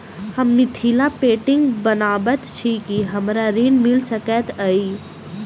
हम मिथिला पेंटिग बनाबैत छी की हमरा ऋण मिल सकैत अई?